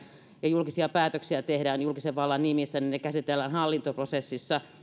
ja tehdään julkisia päätöksiä julkisen vallan nimissä niin silloin yleisesti ottaen ne käsitellään hallintoprosessissa